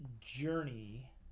journey